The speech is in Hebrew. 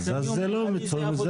אז זה לא מדוייק.